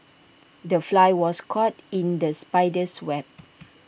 the fly was caught in the spider's web